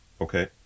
Okay